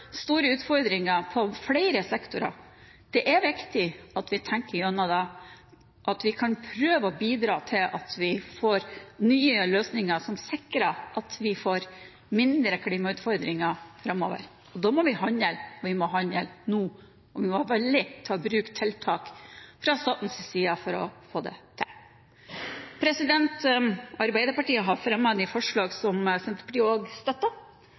store utfordringer i flere sektorer. Det er viktig at vi tenker gjennom det, og at vi kan prøve å bidra til at vi får nye løsninger som sikrer at vi får mindre klimautfordringer framover. Da må vi handle, og vi må handle nå, og vi må være villige til å ta i bruk tiltak fra statens side for å få det til. Arbeiderpartiet har fremmet de forslagene som Senterpartiet